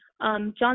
John